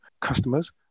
customers